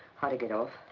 how to get off.